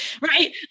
Right